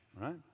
Right